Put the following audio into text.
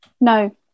No